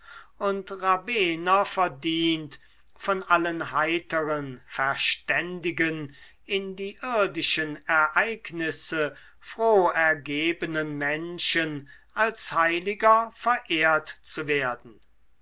und rabener verdient von allen heiteren verständigen in die irdischen ereignisse froh ergebenen menschen als heiliger verehrt zu werden